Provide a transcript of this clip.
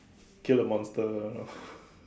kill the monster you know